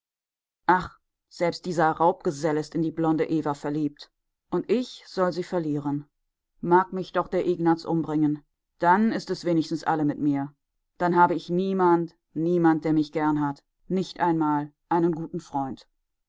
ach selbst dieser raubgesell ist in die blonde eva verliebt und ich soll sie verlieren mag mich doch der ignaz umbringen dann ist es wenigstens alle mit mir ich habe niemand niemand der mich gern hat nicht einmal einen guten freund